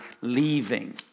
leaving